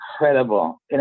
incredible